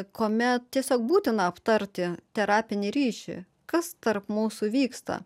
kuomet tiesiog būtina aptarti terapinį ryšį kas tarp mūsų vyksta